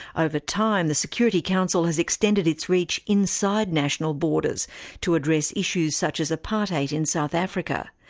over time, the security council has extended its reach inside national borders to address issues such as apartheid in south africa,